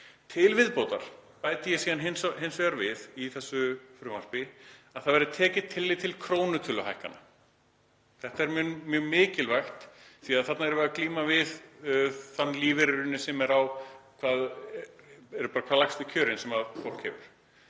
Til viðbótar bæti ég síðan hins vegar við í þessu frumvarpi að það verði tekið tillit til krónutöluhækkana. Þetta er mjög mikilvægt því að þarna erum við að glíma við þann lífeyri sem er hvað lægstu kjörin sem fólk hefur.